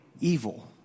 Evil